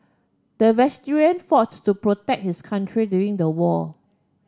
the veteran foughts to protect his country during the war